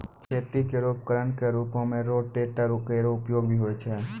खेती केरो उपकरण क रूपों में रोटेटर केरो उपयोग भी होय छै